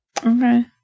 Okay